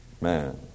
man